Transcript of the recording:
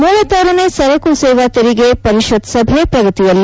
ಮೂವತ್ತಾರನೇ ಸರಕು ಸೇವಾ ತೆರಿಗೆ ಪರಿಷತ್ ಸಭೆ ಪ್ರಗತಿಯಲ್ಲಿ